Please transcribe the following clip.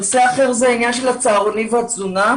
נושא אחר הוא נושא הצהרונים והתזונה.